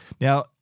Now